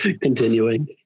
Continuing